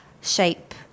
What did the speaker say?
shape